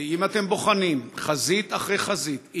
אם אתם בוחנים חזית אחרי חזית,